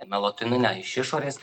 melatoniną iš išorės